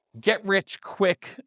get-rich-quick